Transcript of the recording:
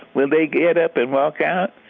will they get up and walk out?